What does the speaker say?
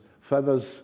feathers